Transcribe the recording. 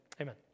amen